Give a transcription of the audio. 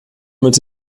mit